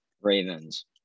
Ravens